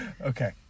Okay